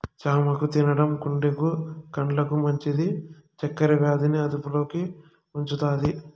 చామాకు తినడం గుండెకు, కండ్లకు మంచిది, చక్కర వ్యాధి ని అదుపులో ఉంచుతాది